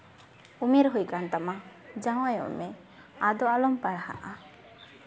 ᱩᱢᱮᱨ ᱦᱩᱭᱠᱟᱱ ᱛᱟᱢᱟ ᱡᱟᱶᱟᱭᱚᱜ ᱢᱮ ᱟᱫᱚ ᱟᱞᱚᱢ ᱯᱟᱲᱦᱟᱜᱼᱟ